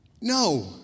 no